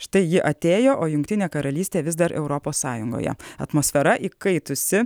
štai ji atėjo o jungtinė karalystė vis dar europos sąjungoje atmosfera įkaitusi